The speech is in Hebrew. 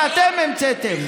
את זה אתם המצאתם.